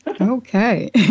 Okay